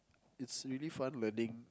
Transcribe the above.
it's really fun learning